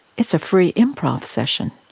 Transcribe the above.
it's a free improv session,